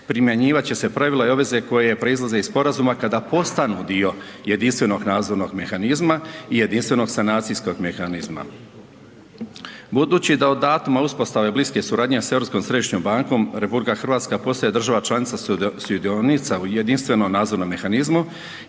primjenjivat će se pravila i obveze koje proizlaze iz sporazuma kada postanu dio Jedinstvenog nadzornog mehanizma i Jedinstvenog sanacijskog mehanizma. Budući da od datuma uspostave bliske suradnje sa Europskom središnjom bankom, RH postaje država članica sudionica u Jedinstvenom nadzornom mehanizmu